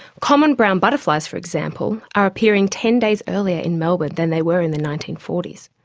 common brown butterflies, for example, are appearing ten days earlier in melbourne than they were in the nineteen forty s.